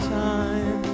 time